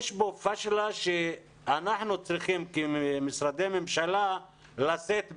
יש פה פאשלה שאנחנו צריכים כמשרדי ממשלה לשאת בה,